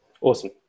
Awesome